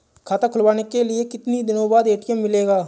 खाता खुलवाने के कितनी दिनो बाद ए.टी.एम मिलेगा?